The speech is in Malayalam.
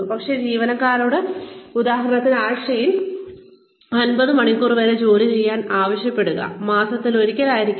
പക്ഷേ ജോലിക്കാരനോട് ഉദാഹരണത്തിന് ആഴ്ചയിൽ 50 മണിക്കൂർ വരെ ജോലി ചെയ്യാൻ ആവശ്യപ്പെടുക മാസത്തിലൊരിക്കൽ ആയിരിക്കാം